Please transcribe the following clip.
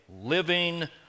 living